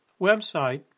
website